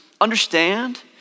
understand